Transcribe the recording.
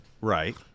Right